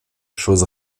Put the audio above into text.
chose